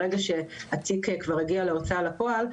ברגע שהתיק כבר הגיע להוצאה לפועל,